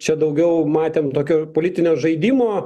čia daugiau matėm tokio politinio žaidimo